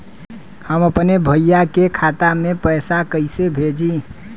हम अपने भईया के खाता में पैसा कईसे भेजी?